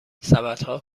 سبدها